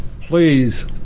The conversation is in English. please